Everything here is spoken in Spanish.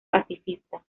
pacifista